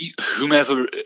whomever